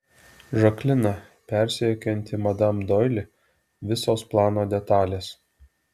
žaklina persekiojanti madam doili visos plano detalės